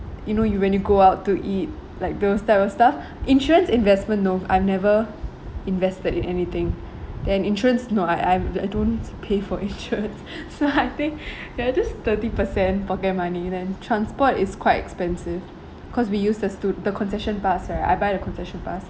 you know you when you go out to eat like those type of stuff insurance investment though I've never invested in anything then insurance no I I I don't pay for insurance so I think ya just thirty percent pocket money then transport is quite expensive because we use the stud~ the concession pass right I buy the concession pass